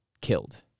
killed